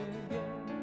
again